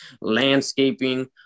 landscaping